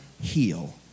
heal